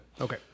Okay